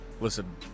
listen